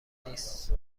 نیست